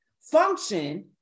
Function